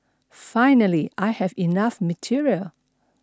finally I have enough material